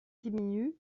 diminuent